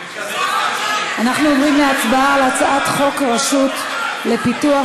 אנחנו עוברים להצבעה על הצעת חוק הרשות לפיתוח